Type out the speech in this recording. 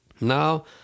Now